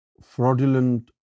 fraudulent